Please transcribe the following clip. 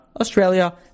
Australia